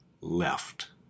left